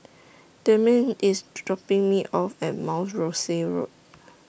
Damien IS dropping Me off At Mount Rosie Road